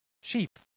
sheep